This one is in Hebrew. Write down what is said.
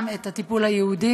את הטיפול הייעודי,